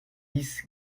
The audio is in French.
dix